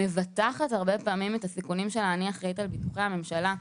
אני אחראית על ביטוחי הממשלה.